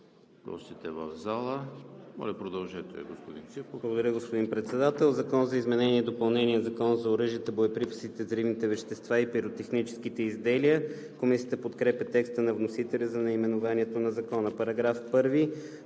гостите в залата. Моля, продължете, господин Ципов.